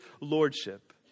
lordship